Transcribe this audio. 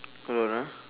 hold on ah